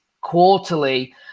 quarterly